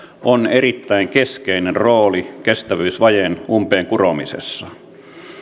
on erittäin keskeinen rooli kestävyysvajeen umpeen kuromisessa